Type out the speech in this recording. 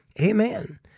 Amen